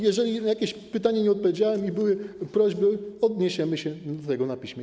Jeżeli na jakieś pytanie nie odpowiedziałem i były prośby, to odniesiemy się do tego na piśmie.